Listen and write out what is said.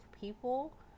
people